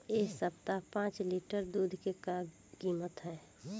एह सप्ताह पाँच लीटर दुध के का किमत ह?